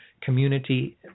community